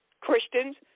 Christians